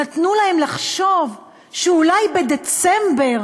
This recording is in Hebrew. נתנו להם לחשוב שאולי בדצמבר